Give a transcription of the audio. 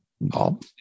Bob